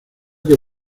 que